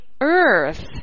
earth